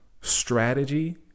strategy